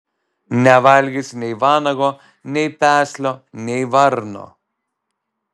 nevalgysi nei vanago nei peslio nei varno